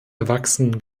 erwachsen